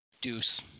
Deuce